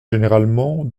généralement